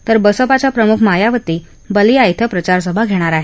तर बसपाच्या प्रमुख मायावती बालिया इथं प्रचार सभा घेणार आहेत